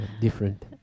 different